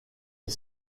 est